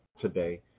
today